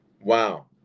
Wow